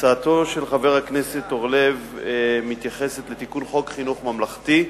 הצעתו של חבר הכנסת אורלב מתייחסת לתיקון חוק חינוך ממלכתי,